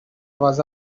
was